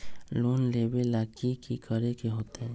Loan लेबे ला की कि करे के होतई?